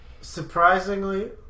Surprisingly